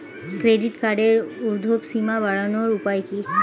Credit কার্ডের উর্ধ্বসীমা বাড়ানোর উপায় কি?